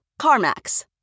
CarMax